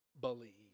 believe